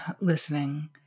listening